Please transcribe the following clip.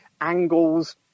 angles